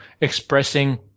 expressing